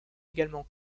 également